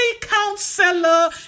counselor